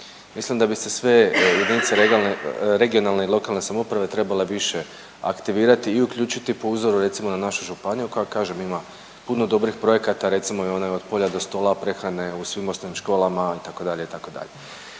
Mislim da bi se sve jedinice regionalne i lokalne samouprave trebale više aktivirati i uključiti po uzoru recimo na našu županiju koja kažem ima puno dobrih projekata, recimo i onaj „Od polja do stola“, prehrane u svim osnovnim školama itd.,